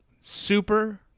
Super